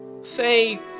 Say